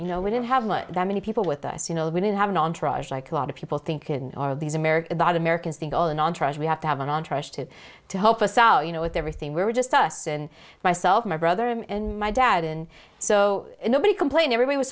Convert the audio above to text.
you know we didn't have that many people with us you know if we didn't have an aunt raj like a lot of people think in all of these america that americans think all and entourage we have to have an entourage to to help us out you know with everything we were just us and myself my brother and my dad and so nobody complained everybody was